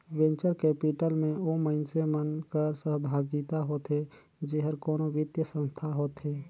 venture capital में ओ मइनसे मन कर सहभागिता होथे जेहर कोनो बित्तीय संस्था होथे